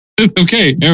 okay